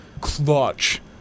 clutch